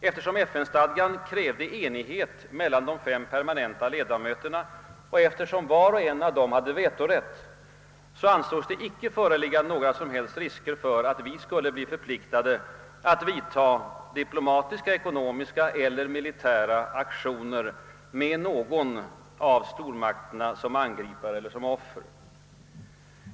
Eftersom FN-stadgan krävde enighet mellan de fem permanenta ledamöterna och eftersom var och en av dessa hade vetorätt, ansågs det icke föreligga några risker för att vi skulle bli förpliktade att vidta di plomatiska, ekonomiska eller militära aktioner med någon av stormakterna som angripare eller som offer.